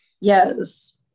Yes